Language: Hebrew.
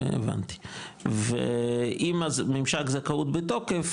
הבנתי ואם הממשק זכאות בתוקף,